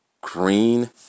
green